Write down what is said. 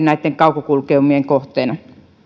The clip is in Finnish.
näitten kaukokulkeumien kohteena